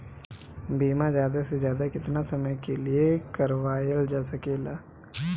बीमा ज्यादा से ज्यादा केतना समय के लिए करवायल जा सकेला?